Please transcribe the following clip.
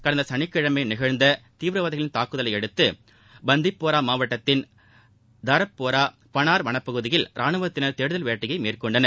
கடந்த சனிக்கிழமை நிகழ்ந்த தீவிரவாதிகளின் தாக்குதலையடுத்து பந்திப்போரா மாவட்டத்தின் தார்ட்போரா பனார் வனப்பகுதியில் ராணுவத்தினர் தேடுதல் வேட்டையை மேற்கொண்டனர்